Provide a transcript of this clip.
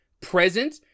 present